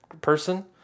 person